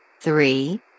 Three